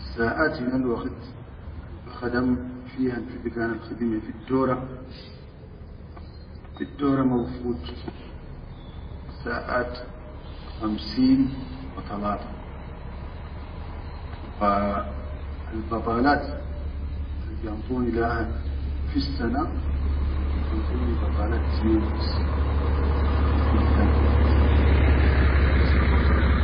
Saʼat hinel waqit albakhadam fihan fi bikantal khidime fiddora, fiddora ma bifut saʼat khamsin wa talata, wa albadalaat al biyanduni lahan fissana fi biyanduni badalat tineni bas fi bikan khidimti, dibas albada.